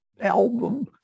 album